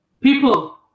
people